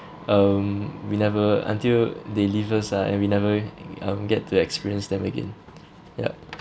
um we never until they leave us ah and we never um get to experience them again yup